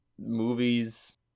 movies